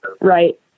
Right